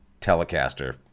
Telecaster